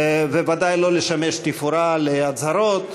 ודאי לא לשמש תפאורה להצהרות.